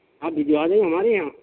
آپ بھی جو آئیں ہمارے یہاں